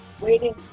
waiting